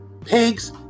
Pigs